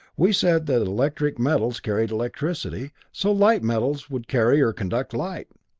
we said that electricity-metals carried electricity, so light-metals would carry or conduct light.